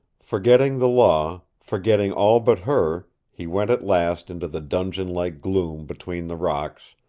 forgetting the law, forgetting all but her, he went at last into the dungeon-like gloom between the rocks,